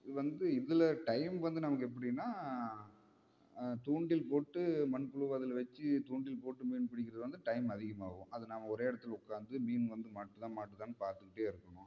இது வந்து இதில் டைம் வந்து நமக்கு எப்படின்னா தூண்டில் போட்டு மண்புழுவை அதில் வச்சு தூண்டில் போட்டு மீன் பிடிக்கறது வந்து டைம் அதிகமாகவும் அது நாங்கள் ஒரே இடத்துல உட்காந்து மீன் வந்து மாட்டுதா மாட்டுதான்னு பார்த்துட்டே இருக்கணும்